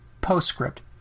Postscript